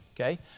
Okay